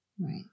Right